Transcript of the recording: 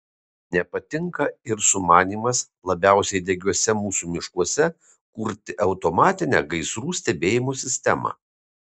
nepatinka ir sumanymas labiausiai degiuose mūsų miškuose kurti automatinę gaisrų stebėjimo sistemą